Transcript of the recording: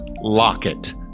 Locket